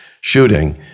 shooting